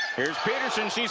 here's petersen she